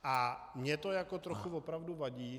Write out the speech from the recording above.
A mně to trochu opravdu vadí.